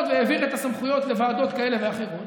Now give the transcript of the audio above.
והעביר את הסמכויות לוועדות כאלה ואחרות.